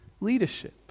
leadership